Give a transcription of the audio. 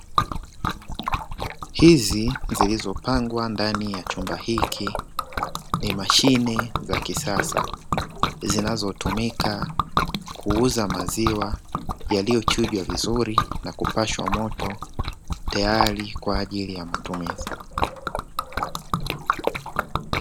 Hizi zilizopangwa ndani ya chumba hiki ni mashine za kisasa zinazotumika kuuza maziwa yaliyochujwa vizuri na kupashwa moto, tayari kwa ajili ya matumizi.